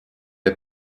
est